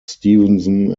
stevenson